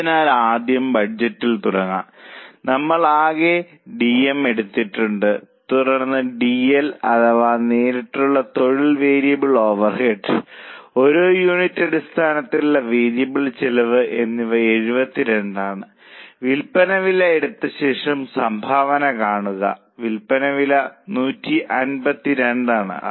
അതിനാൽ ആദ്യം ബജറ്റിൽ തുടങ്ങാം നമ്മൾ ആകെ ഡിഎം എടുത്തിട്ടുണ്ട് തുടർന്ന് ഡിഎൽ അഥവാ നേരിട്ടുള്ള തൊഴിൽ വേരിയബിൾ ഓവർഹെഡ്സ് ഓരോ യൂണിറ്റ് അടിസ്ഥാനത്തിലുള്ള വേരിയബിൾ ചെലവ് എന്നിവ 72 ആണ് വില്പന വില എടുത്തശേഷം സംഭാവന കാണുക വില്പന വില 152 ആണ്